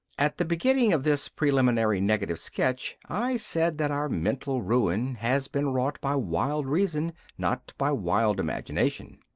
at the beginning of this preliminary negative sketch i said that our mental ruin has been wrought by wild reason, not by wild imagination.